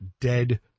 dead